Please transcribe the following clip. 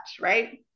right